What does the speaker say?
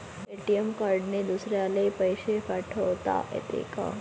ATM कार्डने दुसऱ्याले पैसे पाठोता येते का?